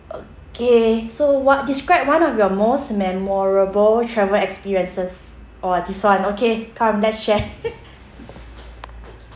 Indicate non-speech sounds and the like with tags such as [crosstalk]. okay so what describe one of your most memorable travel experiences orh this one okay come let's share [laughs]